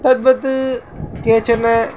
तद्वत् केचन